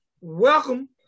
welcome